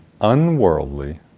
unworldly